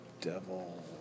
Devil